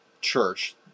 church